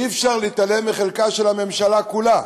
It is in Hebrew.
אי-אפשר להתעלם מחלקה של הממשלה כולה,